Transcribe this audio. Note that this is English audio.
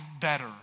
better